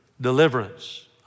deliverance